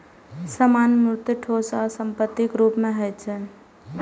सामान मूर्त, ठोस आ संपत्तिक रूप मे होइ छै